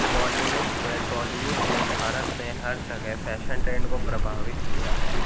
बॉलीवुड व टॉलीवुड ने भारत में हर जगह फ़ैशन टेंड को प्रभावित किया है